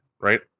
right